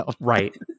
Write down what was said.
Right